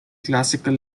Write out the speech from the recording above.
classical